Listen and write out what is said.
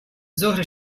ظهر